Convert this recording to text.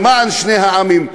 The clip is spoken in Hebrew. למען שני העמים.